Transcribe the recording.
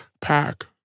Pack